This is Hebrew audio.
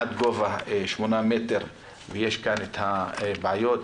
עד גובה שמונה מטרים ויש כאן את הבעיות,